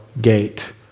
gate